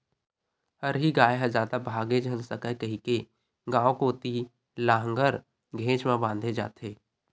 हरही गाय ह जादा भागे झन सकय कहिके गाँव कोती लांहगर घेंच म बांधे जाथे